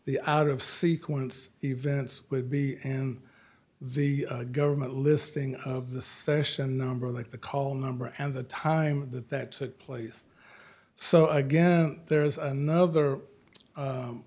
of sequence events would be in the government listing of the session number like the call number and the time that that took place so again there's another